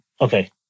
Okay